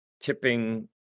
tipping